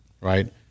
right